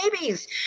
babies